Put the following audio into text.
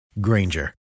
Granger